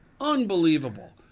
Unbelievable